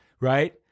Right